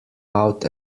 out